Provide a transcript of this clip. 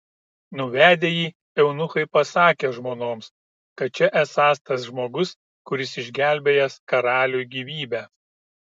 nuvedę jį eunuchai pasakė žmonoms kad čia esąs tas žmogus kuris išgelbėjęs karaliui gyvybę